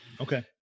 Okay